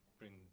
bring